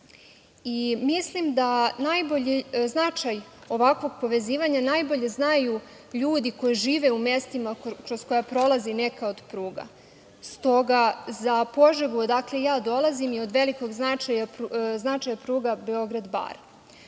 Mislim da značaj ovakvog povezivanja najbolje znaju ljudi koji žive u mestima kroz kraja prolazi neka od pruga. Stoga za Požegu, odakle ja dolazim, je od velikog značaja pruga Beograd-Bar,